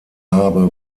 habe